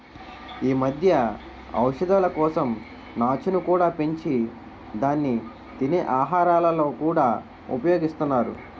ఈ మధ్య ఔషధాల కోసం నాచును కూడా పెంచి దాన్ని తినే ఆహారాలలో కూడా ఉపయోగిస్తున్నారు